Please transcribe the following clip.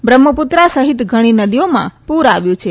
બ્રહ્મપુત્રા સહીત ઘણી નદીઓમાં પુર આવ્યું છે